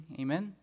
amen